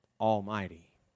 Almighty